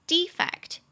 Defect